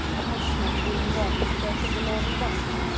the huntsmen being gone in search of the lordly bucks,